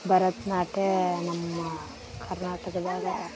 ಭರತ್ ನಾಟ್ಯ ನಮ್ಮ ಕರ್ನಾಟಕದಾಗೆ